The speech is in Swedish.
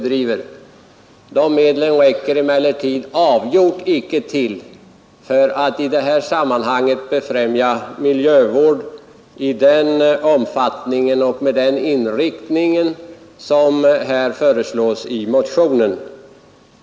De medlen räcker emellertid avgjort icke till för att befrämja miljövård i den omfattning och med den inriktning som föreslås i motionen.